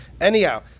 Anyhow